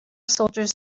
soldiers